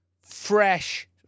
fresh